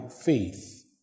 faith